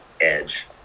edge